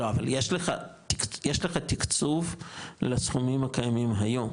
לא, אבל יש לך תקצוב לסכומים הקיימים היום.